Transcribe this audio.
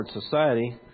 Society